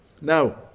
Now